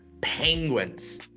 Penguins